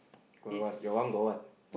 got what your one got what